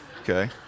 okay